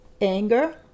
anger